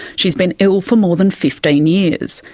she's been ill for more than fifteen years,